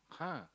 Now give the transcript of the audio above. !huh!